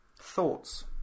thoughts